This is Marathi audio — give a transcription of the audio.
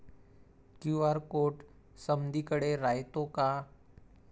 क्यू.आर कोड समदीकडे रायतो का?